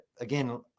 again